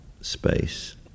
space